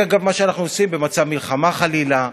זה, אגב, מה שאנחנו עושים במצב מלחמה, חלילה,